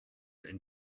and